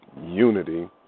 unity